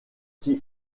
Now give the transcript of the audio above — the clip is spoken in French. qui